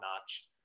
notch